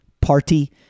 party